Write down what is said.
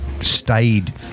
stayed